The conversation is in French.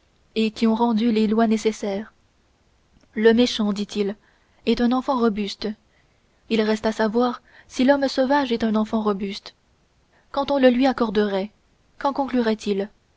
et qui ont rendu les lois nécessaires le méchant dit-il est un enfant robuste il reste à savoir si l'homme sauvage est un enfant robuste quand on le lui accorderait qu'en